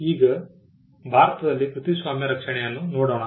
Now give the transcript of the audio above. ಈಗ ಭಾರತದಲ್ಲಿ ಕೃತಿಸ್ವಾಮ್ಯ ರಕ್ಷಣೆಯನ್ನು ನೋಡೋಣ